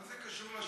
מה זה קשור למאחזים?